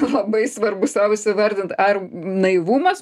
labai svarbu sau įsivardint ar naivumas